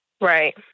Right